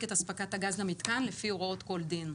את הספקת הגז למתקן לפי הוראות כל דין.